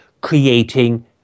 creating